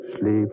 Sleep